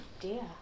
dear